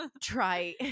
try